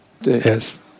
Yes